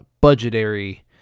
budgetary